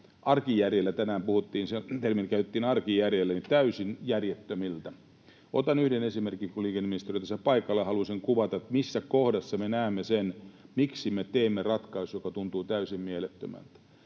tänään käytettiin termiä ”arkijärki” — täysin järjettömältä. Otan yhden esimerkin, kun liikenneministeri on tässä paikalla. Haluaisin kuvata, missä kohdassa me näemme sen, miksi me teemme ratkaisun, joka tuntuu täysin mielettömältä.